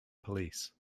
police